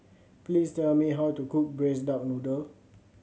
please tell me how to cook Braised Duck Noodle